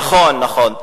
נכון, נכון.